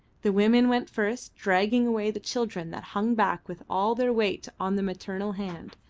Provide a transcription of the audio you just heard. the women went first, dragging away the children that hung back with all their weight on the maternal hand.